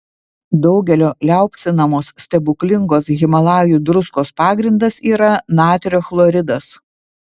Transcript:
daugelio liaupsinamos stebuklingos himalajų druskos pagrindas yra natrio chloridas